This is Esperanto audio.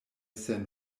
sen